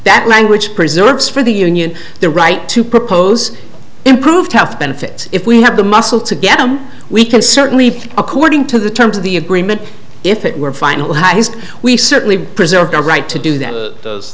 that language preserves for the union the right to propose improved health benefits if we have the muscle to get them we can certainly pay according to the terms of the agreement if it were final has we certainly preserved our right to do that th